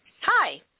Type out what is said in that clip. Hi